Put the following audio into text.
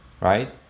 right